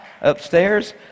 upstairs